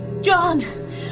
John